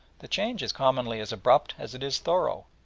the change is commonly as abrupt as it is thorough,